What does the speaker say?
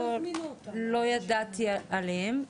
לא ידעתי עליהם,